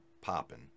popping